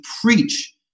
preach